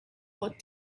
bought